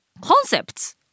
concepts